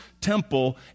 temple